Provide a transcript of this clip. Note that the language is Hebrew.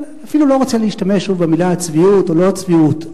אפילו לא רוצה להשתמש שוב במלה "צביעות" או לא צביעות,